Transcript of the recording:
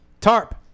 Tarp